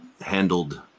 handled